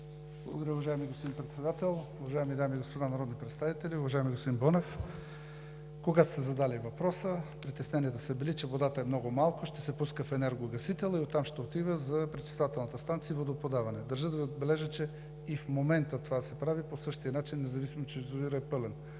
Благодаря, уважаеми господин Председател. Уважаеми дами и господа народни представители! Уважаеми господин Бонев, когато сте задали въпроса, притесненията са били, че водата е много малко и ще се пуска в енергогасителя, а оттам ще отива към пречиствателната станция и за водоподаване. Държа да отбележа, че и в момента това се прави по същия начин, независимо че язовирът е пълен,